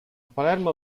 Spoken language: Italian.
palermo